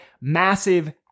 massive